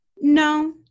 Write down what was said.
no